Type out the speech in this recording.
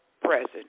present